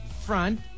front